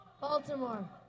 Baltimore